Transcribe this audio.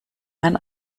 man